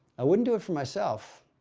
i wouldn't do it for myself.